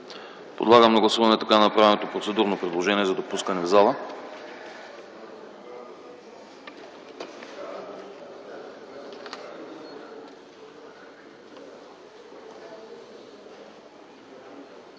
Подлагам на гласуване така направеното процедурно предложение за допускане в залата.